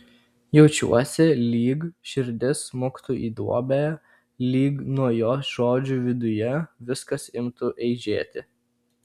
jaučiuosi lyg širdis smuktų į duobę lyg nuo jos žodžių viduje viskas imtų eižėti